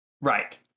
right